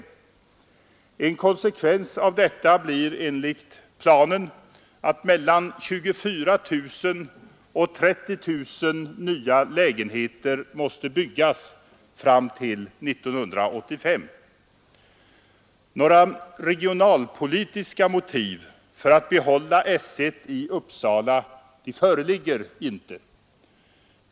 En konskevens av detta blir enligt planen att mellan 24 000 och 30 000 nya lägenheter måste byggas fram till 1985. Några regionalpolitiska motiv för att behålla S 1 i Uppsala föreligger inte.